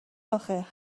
آخه